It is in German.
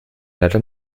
leider